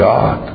God